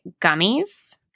gummies